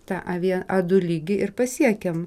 tą a vie a du lygį ir pasiekėm